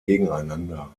gegeneinander